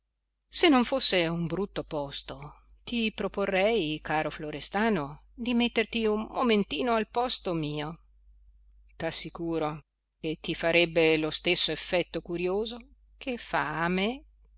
se non fosse un brutto posto ti proporrei caro florestano di metterti un momentino al posto mio t'assicuro che ti farebbe lo stesso effetto curioso che fa